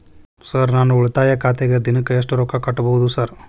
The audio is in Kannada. ಸರ್ ನಾನು ಉಳಿತಾಯ ಖಾತೆಗೆ ದಿನಕ್ಕ ಎಷ್ಟು ರೊಕ್ಕಾ ಕಟ್ಟುಬಹುದು ಸರ್?